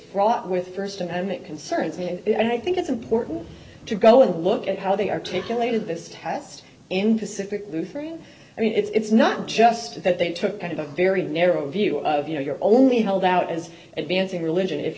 fraught with first amendment concerns me and i think it's important to go and look at how they are taken later this test in pacific lutheran i mean it's not just that they took kind of a very narrow view of you know you're only held out as advancing religion if